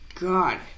God